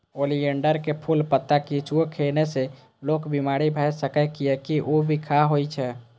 oleander के फूल, पत्ता किछुओ खेने से लोक बीमार भए सकैए, कियैकि ऊ बिखाह होइ छै